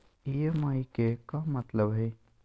EMI के का मतलब हई?